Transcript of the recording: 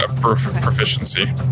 Proficiency